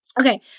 Okay